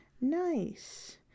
nice